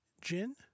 Gin